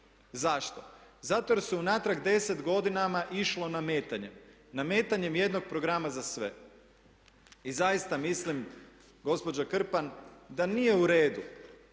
Zašto? Zato jer je unatrag 10 godina išlo nametanje. Nametanje jednog programa za sve. I zaista mislim gospođa Krpan da nije u redu